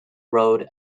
road